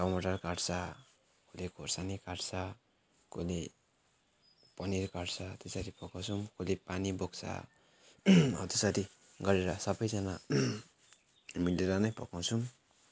टमाटर काट्छ कसैले खोर्सानी काट्छ कसैले पनिर काट्छ त्यसरी पकाउँछौँ कसैले पानी बोक्छ हौ त्यसरी गरेर सबैजना मिलेर नै पकाउँछौँ